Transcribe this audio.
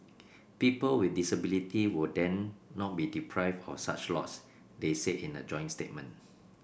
people with disability would then not be deprived of such lots they said in a joint statement